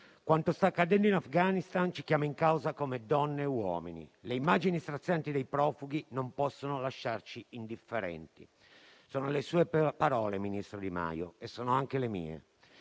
quanto sta accadendo in Afghanistan ci chiama in causa come donne e uomini. Le immagini strazianti dei profughi non possono lasciarci indifferenti: sono le sue parole, ministro Di Maio, e sono anche le mie.